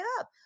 up